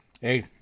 hey